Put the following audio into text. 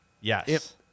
yes